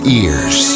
ears